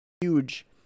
huge